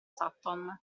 sutton